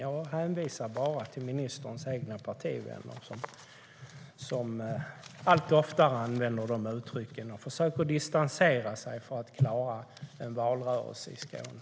Jag hänvisar bara till ministerns egna partivänner som allt oftare använder de uttrycken och försöker distansera sig för att klara en valrörelse i Skåne.